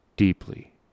Deeply